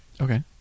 Okay